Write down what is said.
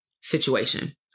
situation